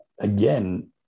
again